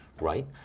right